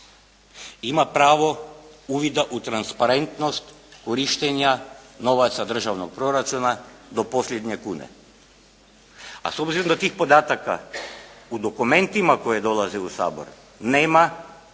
ima pravo uvida u transparentnost korištenja novaca državnog proračuna do posljednje kune. A s obzirom da tih podataka u dokumentima koji dolaze u Sabor nema